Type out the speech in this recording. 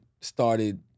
started